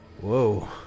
Whoa